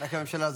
רק הממשלה הזאת,